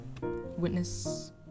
witness